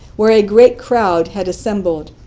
where a great crowd had assembled,